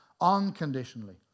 unconditionally